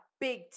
big